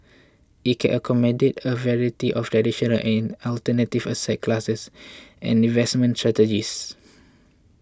it can accommodate a variety of traditional and alternative asset classes and investment strategies